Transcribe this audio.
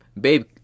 babe